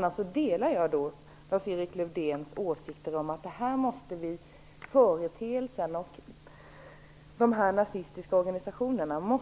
Jag delar annars Lars-Eriks Lövdéns åsikter om att vi måste kunna bemöta dessa företeelser och nazistiska organisationer